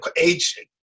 age